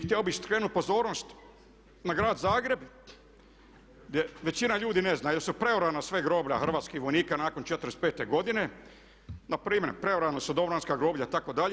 Htio bih skrenuti pozornost na grad Zagreb gdje većina ljudi ne zna jer su preorana sva groblja hrvatskih vojnika nakon '45. godine, na primjer preorana su domobranska groblja itd.